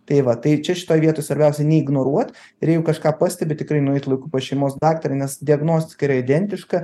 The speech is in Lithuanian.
tai va tai čia šitoj vietoj svarbiausia neignoruot ir jeigu kažką pastebi tikrai nueiti laiku pas šeimos daktarą nes diagnostika yra identiška